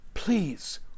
Please